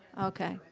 okay.